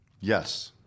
Yes